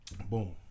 Boom